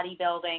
bodybuilding